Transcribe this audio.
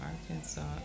Arkansas